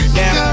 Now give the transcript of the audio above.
now